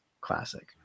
classic